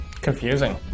Confusing